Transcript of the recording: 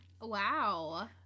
Wow